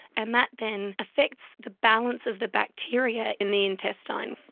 and that then affects the balance of the bacteria in the intestine.